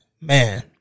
Man